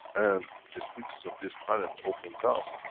and the creatures of this planet opens up.